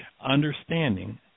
understanding